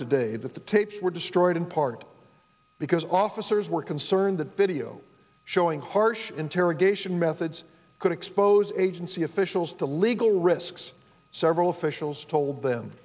that the tapes were destroyed in part because officers were concerned that video showing harsh interrogation methods could expose agency officials to legal risks several officials told them